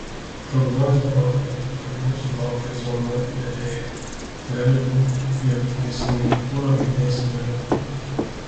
prognozė rodo kad mūsų laukia zona be vėjo gali būti jog iki singapūro judėsime lėtai